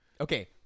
Okay